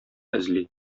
эзли